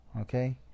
okay